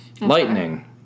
lightning